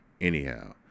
anyhow